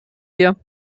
wir